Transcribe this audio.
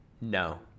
no